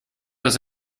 dass